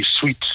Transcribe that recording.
sweet